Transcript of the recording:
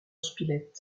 spilett